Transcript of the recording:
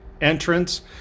entrance